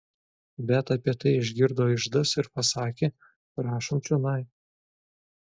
bet apie tai išgirdo iždas ir pasakė prašom čionai